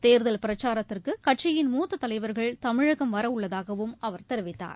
தேர்தல் பிரச்சாரத்திற்கு கட்சியின் மூத்த தலைவர்கள் தமிழகம் வரவுள்ளதாகவும் அவர் தெரிவித்தார்